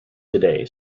today